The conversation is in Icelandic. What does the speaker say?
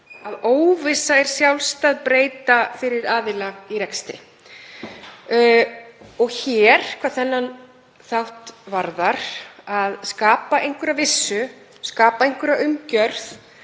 að óvissa er sjálfstæð breyta fyrir aðila í rekstri. Hvað þann þátt varðar að skapa einhverja vissu, skapa umgjörð